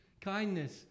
kindness